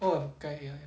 oh khai right